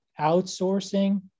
outsourcing